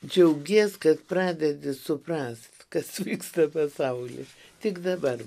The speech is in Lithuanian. džiaugies kad pradedi suprast kas vyksta pasauly tik dabar